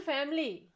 Family